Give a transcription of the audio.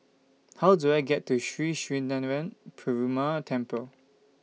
How Do I get to Sri Srinivasa Perumal Temple